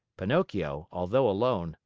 pinocchio, although alone,